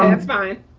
um that's fine,